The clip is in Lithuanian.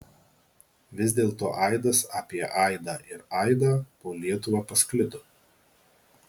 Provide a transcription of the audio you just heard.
vis dėlto aidas apie aidą ir aidą po lietuvą pasklido